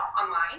online